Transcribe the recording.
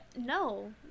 no